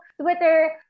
Twitter